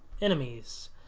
enemies